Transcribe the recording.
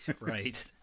Right